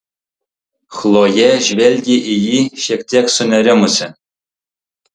chlojė žvelgė į jį šiek tiek sunerimusi